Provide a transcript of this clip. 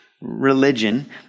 religion